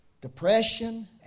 Depression